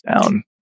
down